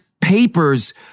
papers